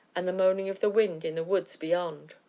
and the moaning of the wind in the woods beyond.